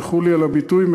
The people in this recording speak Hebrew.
ותסלחו לי על הביטוי,